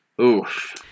Oof